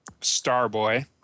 Starboy